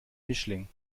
mischling